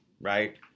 right